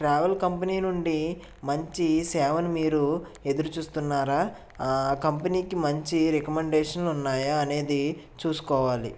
travel company నుండి మంచి సేవలు మీరు ఎదురుచూస్తున్నారా ఆ కంపెనీకి మంచి రికమండేషన్ ఉన్నాయా అనేది చూసుకోవాలి